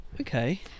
okay